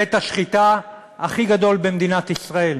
בית-השחיטה הכי גדול במדינת ישראל.